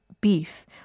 beef